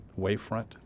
Wavefront